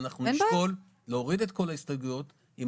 ואנחנו נשקול להוריד את כל ההסתייגויות אם